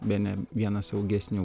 bene viena saugesnių